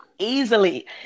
easily